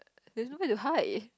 there's no where to hide